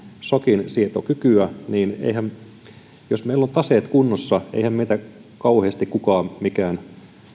sokinsietokykyä jos meillä on taseet kunnossa niin eihän meitä kauheasti mikään